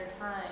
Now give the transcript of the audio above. time